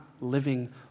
living